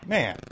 Man